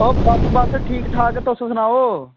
ओह् बस बस ठीक ठाक तुस सनाओ